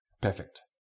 perfect